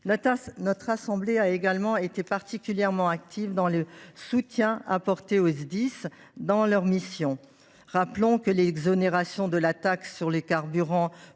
Notre assemblée a également été particulièrement active dans le soutien apporté aux Sdis dans l’exercice de leurs missions. Rappelons que l’exonération de taxe sur les carburants